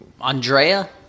Andrea